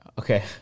Okay